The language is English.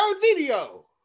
video